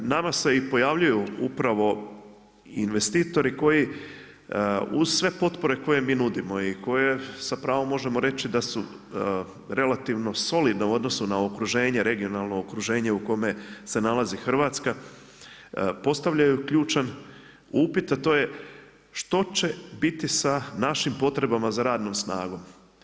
Nama se i pojavljuju upravo investitori koji uz sve potpore koje mi nudimo i koje sa pravom možemo reći da su relativno solidne u odnosu na okruženje, regionalno okruženje u kome se nalazi Hrvatska postavljaju ključan upit a to je što će biti sa našim potrebama za radnom snagom.